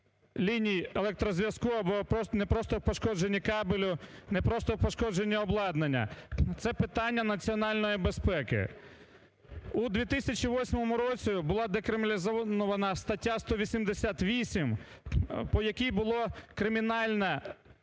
ліній електрозв'язку або не просто в пошкодженні кабелю, не просто в пошкодженні обладнання, це питання національної безпеки. У 2008 році була декриміналізована стаття 188, по якій було кримінальне